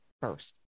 first